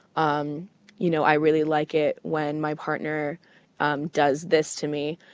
um you know, i really like it when my partner um does this to me.